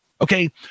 okay